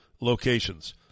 locations